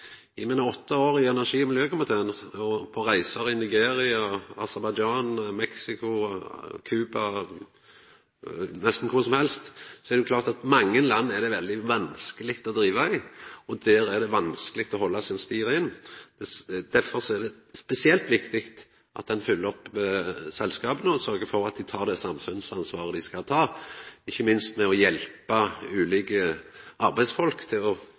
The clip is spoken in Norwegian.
I mine åtte år i energi- og miljøkomiteen og på reiser i Nigeria, Aserbajdsjan, Mexico, Cuba – nesten kvar som helst – har eg sett at mange land er det veldig vanskeleg å driva i, og der er det vanskeleg å halda sin stig rein. Derfor er det spesielt viktig at ein følgjer opp selskapa og sørgjer for at dei tek det samfunnsansvaret dei skal ta, ikkje minst med å hjelpa ulike arbeidsfolk til å